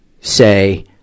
say